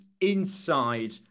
inside